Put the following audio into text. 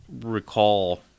recall